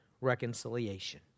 reconciliation